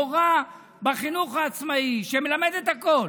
מורה בחינוך העצמאי שמלמדת הכול